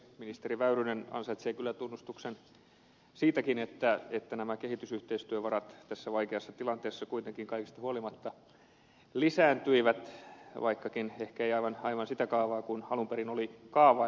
ministeri väyrynen ansaitsee kyllä tunnustuksen siitäkin että nämä kehitysyhteistyövarat tässä vaikeassa tilanteessa kuitenkin kaikesta huolimatta lisääntyivät vaikka eivät ehkä aivan sen kaavan mukaan mitä alun perin oli kaavailtu